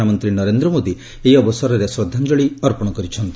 ପ୍ରଧାନମନ୍ତ୍ରୀ ନରେନ୍ଦ ମୋଦୀ ଏହି ଅବସରରେ ଶ୍ରେଦ୍ଧାଞ୍ଜଳୀ ଅର୍ପଣ କରି କହିଛନ୍ତି